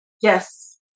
Yes